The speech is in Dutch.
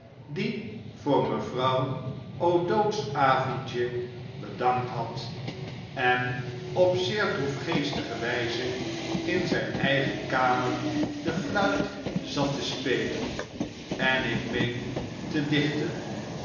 die voor mevrouw o'dowd's avondje bedankt had en op zeer droefgeestige wijze in zijn eigen kamer de fluit zat te spelen en ik meen te dichten